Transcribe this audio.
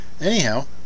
Anyhow